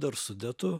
dar sudetų